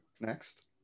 Next